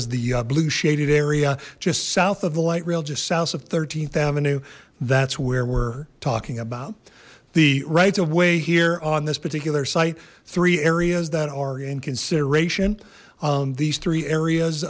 is the blue shaded area just south of the light rail just south of th avenue that's where we're talking about the right of way here on this particular site three areas that are in consideration on these three areas